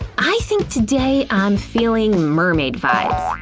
i think today i'm feeling mermaid vibes.